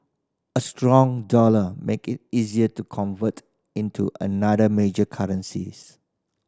a strong dollar make it easier to convert into other major currencies